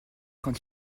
quand